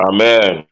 Amen